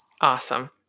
Awesome